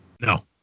no